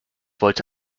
wollte